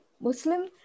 Muslim